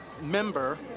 member